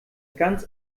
ganz